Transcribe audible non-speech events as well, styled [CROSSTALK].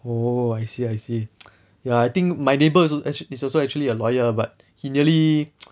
oh I see I see ya I think my neighbour also actually is also actually a lawyer but he nearly [NOISE]